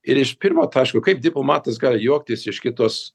ir iš pirmo taško kaip diplomatas gal juoktis iš kitos